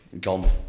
gone